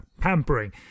pampering